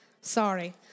sorry